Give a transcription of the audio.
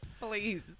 please